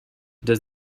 does